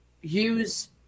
use